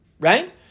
right